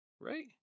Right